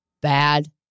bad